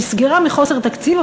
נסגרה מחוסר תקציב.